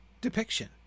depiction